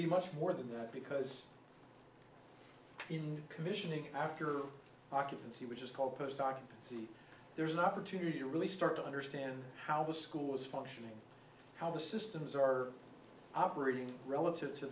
be much more than that because in commissioning after occupancy which is called post occupancy there's an opportunity to really start to understand how the school is functioning how the systems are operating relative to